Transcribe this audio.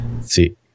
See